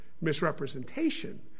misrepresentation